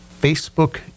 Facebook